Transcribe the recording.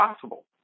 possible